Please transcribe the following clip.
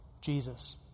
Jesus